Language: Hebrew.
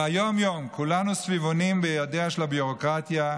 ביום-יום כולנו סביבונים בידיה של הביורוקרטיה,